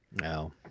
No